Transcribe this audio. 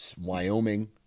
Wyoming